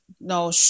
no